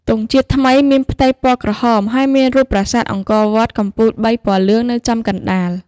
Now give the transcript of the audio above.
ទង់ជាតិថ្មីមានផ្ទៃពណ៌ក្រហមហើយមានរូបប្រាសាទអង្គរវត្តកំពូលបីពណ៌លឿងនៅចំកណ្តាល ។